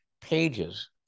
pages